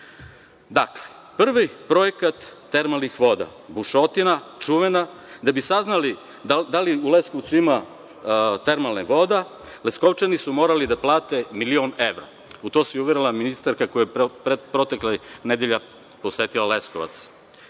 sudu. Dakle, prvi projekat termalnih voda. Čuvena bušotina. Da bi saznali da li u Leskovcu ima termalnih voda, Leskovčani su morali da plate milion evra. U to se uverila i ministarka koja je proteklih nedelja posetila Leskovac.